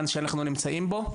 בזמן שאנחנו נמצאים בו,